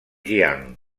jiang